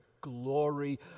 glory